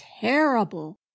terrible